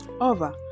over